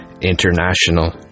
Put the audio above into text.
International